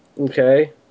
Okay